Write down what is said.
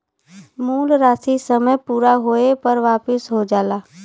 मूल राशी समय पूरा होये पर वापिस हो जाला